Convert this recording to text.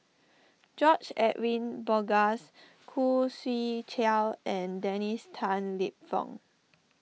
George Edwin Bogaars Khoo Swee Chiow and Dennis Tan Lip Fong